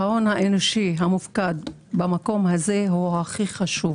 שההון האנושי המופקד במקום הזה הוא הכי חשוב